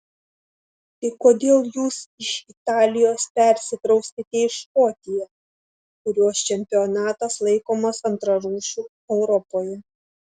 tai kodėl jūs iš italijos persikraustėte į škotiją kurios čempionatas laikomas antrarūšiu europoje